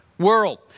world